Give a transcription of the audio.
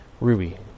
Ruby